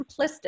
simplistic